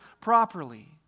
properly